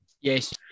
yes